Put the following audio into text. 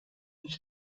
hiç